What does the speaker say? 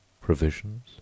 provisions